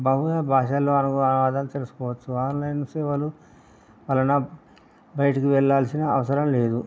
బహు భాషల్లో అను అనువాదం తెలుసుకోవచ్చు ఆన్లైన్ సేవలు వలన బయటికి వెళ్ళాల్సిన అవసరం లేదు